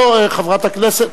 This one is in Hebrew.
חברת הכנסת,